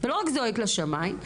ולא רק זועק לשמים,